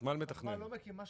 הוותמ"ל לא מקימה שכונות,